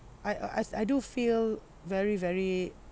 I uh I I do feel very very